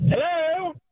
Hello